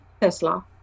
tesla